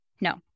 No